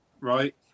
right